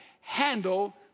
handle